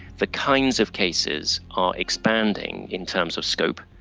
the kinds of cases are expanding in terms of scope.